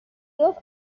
گفت